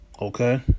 Okay